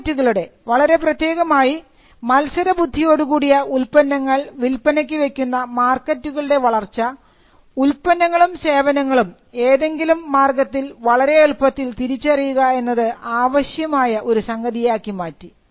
മാർക്കറ്റുകളുടെ വളരെ പ്രത്യേകമായി മത്സരബുദ്ധിയോടു കൂടിയ ഉൽപ്പന്നങ്ങൾ വില്പനയ്ക്ക് വയ്ക്കുന്ന മാർക്കറ്റുകളുടെ വളർച്ച ഉൽപ്പന്നങ്ങളും സേവനങ്ങളും ഏതെങ്കിലും മാർഗത്തിൽ വളരെ എളുപ്പത്തിൽ തിരിച്ചറിയുക എന്നത് ആവശ്യമായ ഒരു സംഗതിയാക്കി മാറ്റി